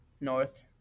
north